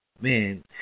man